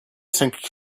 think